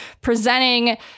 presenting